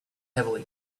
heavily